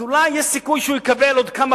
אז אולי יש סיכוי שהוא יקבל עוד כמה